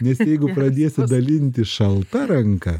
nes jeigu pradėsi dalintis šalta ranka